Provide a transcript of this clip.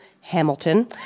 Hamilton